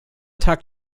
tag